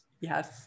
Yes